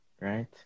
right